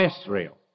Israel